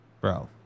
Bro